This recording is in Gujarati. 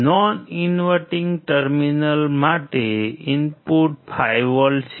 નોન ઇન્વર્ટીંગ ટર્મિનલ માટે ઇનપુટ 5V છે